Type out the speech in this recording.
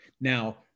Now